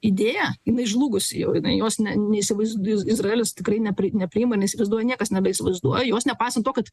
idėją jinai žlugusi jau jinai jos neįsivaiz iz izraelis tikrai nepri nepriima neįsivaizduoja niekas nebeįsivaizduoja jos nepaisant to kad